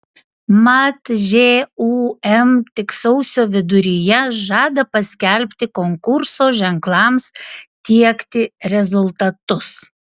mat žūm tik sausio viduryje žada paskelbti konkurso ženklams tiekti rezultatus